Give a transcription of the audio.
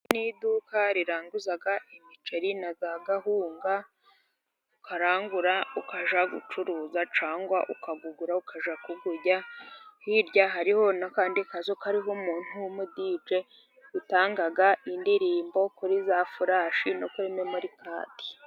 Iduka riranguza imiceri na kawunga, ukarangura ukajya gucuruza cyangwa ukabigura ukajya kubirya, hirya hariho n'akandi kazu kariho umuntu w'umudije utanga indirimbo kuri za furashi no kuri memorikadi.